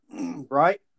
Right